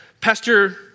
Pastor